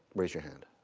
raise your hand.